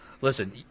listen